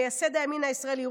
מייסד הימין הישראלי,